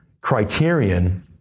criterion